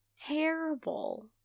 terrible